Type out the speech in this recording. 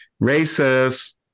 racist